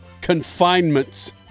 confinements